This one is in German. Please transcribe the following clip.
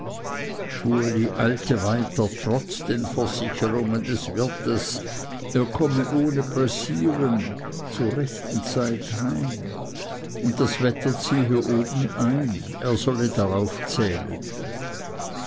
eilte weiter trotz den versicherungen des wirtes er komme ohne pressieren heim zu rechter zeit und das wetter ziehe obenein er solle darauf zählen